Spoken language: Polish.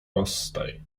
rozstaj